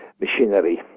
machinery